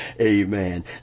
Amen